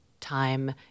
time